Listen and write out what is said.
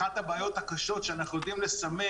אחת הבעיות הקשות שאנחנו יודעים לסמן